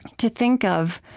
to think of